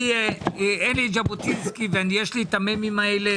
לי אין את ז'בוטינסקי ויש לי את המ"מים האלה